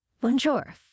Bonjour